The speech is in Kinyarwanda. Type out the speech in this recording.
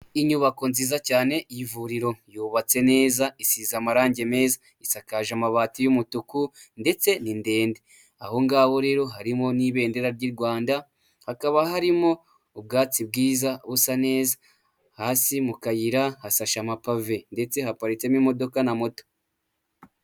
Inyubako nziza cyane y'ivuriro yubatse neza isize amarange meza isakaje amabati y'umutuku ndetse ni ndende, aho ngaho rero harimo n'ibendera ry'i Rwanda hakaba harimo ubwatsi bwiza busa neza, hasi mu kayira nka hasashye amapave ndetse haparitsemo imodoka na moto.